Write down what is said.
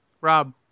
Rob